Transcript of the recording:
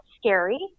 scary